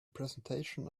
presentation